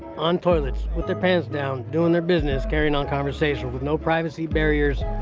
on toilets, with their pants down, doing their business, carrying on conversation with no privacy, barriers,